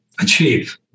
achieve